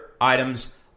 items